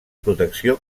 protecció